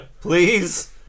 Please